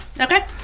Okay